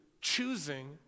choosing